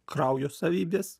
kraujo savybės